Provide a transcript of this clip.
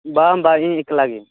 ᱵᱟᱝ ᱵᱟᱝ ᱤᱧ ᱮᱠᱞᱟ ᱜᱮ